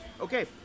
Okay